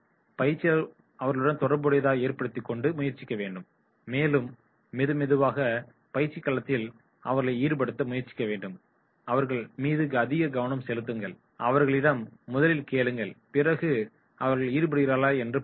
பயிற்சியாளர்கள் அவர்களுடன் தொடர்புகளை ஏற்படுத்திக் கொண்டு முயற்சிக்க வேண்டும் மேலும் மெதுமெதுவாக பயிற்சிகளத்தில் அவர்களை ஈடுபடுத்த முயற்சிக்க வேண்டும் அவர்கள் மீது அதிக கவனம் செலுத்துங்கள் அவர்களிடம் முதலில் கேளுங்கள் பிறகு அவர்கள் ஈடுபடுகிறார்களா என்று பாருங்கள்